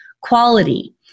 quality